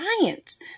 science